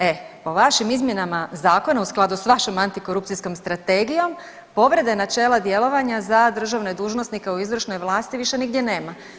E, po vašim izmjenama zakona u skladu s vašom antikorupcijskom strategijom povrede načela djelovanja za državne dužnosnike u izvršnoj vlasti više nigdje nema.